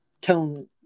tone